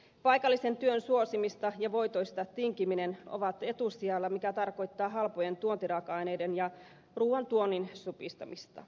paikallisen työn suosiminen ja voitoista tinkiminen ovat etusijalla mikä tarkoittaa halpojen tuontiraaka aineiden ja ruuan tuonnin supistamista